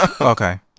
Okay